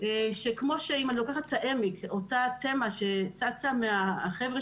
שכמו שאם לוקחת את אותה תמה שצצה מהחבר'ה